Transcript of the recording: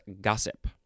Gossip